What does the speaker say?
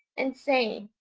and saying,